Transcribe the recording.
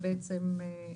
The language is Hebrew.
מה שיחליט היושב ראש.